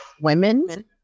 women